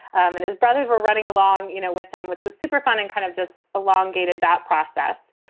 and his brothers were running along you know with him, which was super fun and kind of just along gated that process.